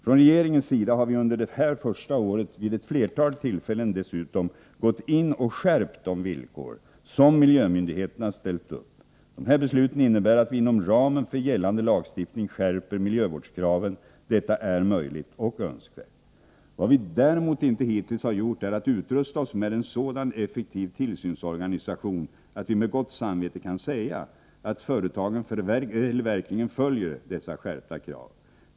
Från regeringens sida har vi under det här första året vid flera tillfällen dessutom gått in och skärpt de villkor som miljömyndigheterna ställt upp. Dessa beslut innebär att vi inom ramen för gällande lagstiftning skärper miljövårdskraven. Detta är möjligt och önskvärt. Vad vi däremot hittills inte har gjort är att utrusta oss med en sådan effektiv tillsynsorganisation att vi med gott samvete kan säga att företagen verkligen följer dessa skärpta krav.